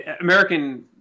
American